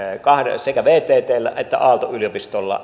sekä vttllä että aalto yliopistolla